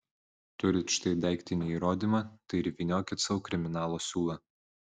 turit štai daiktinį įrodymą tai ir vyniokit sau kriminalo siūlą